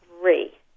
three